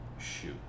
shoot